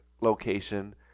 location